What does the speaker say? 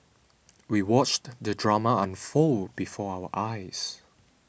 we watched the drama unfold before our eyes